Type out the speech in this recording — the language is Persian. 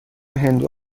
هندو